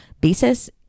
basis